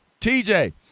TJ